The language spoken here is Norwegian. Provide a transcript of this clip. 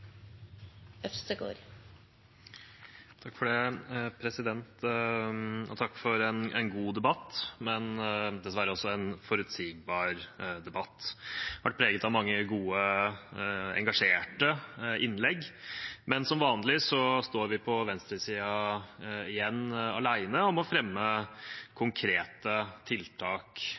Takk for en god debatt, men dessverre også en forutsigbar debatt. Den har vært preget av mange gode, engasjerte innlegg, men som vanlig står vi på venstresiden igjen alene om å fremme konkrete tiltak